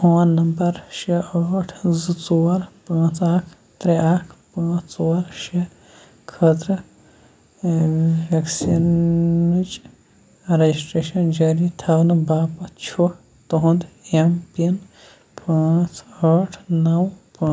phone number شیٚے ٲٹھ زٕ ژور پانٛژھ اکھ ترٛےٚ اکھ پانٛژھ ژور شیٚے خٲطرٕ ویکسیٖنٕچ رجسٹریشن جٲری تھاونہٕ باپتھ چھُ تُہنٛد ایم پِن پانٛژھ ٲٹھ نو پانٛژھ